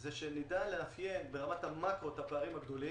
היא שנדע לאפיין ברמת המקרו את הפערים הגדולים,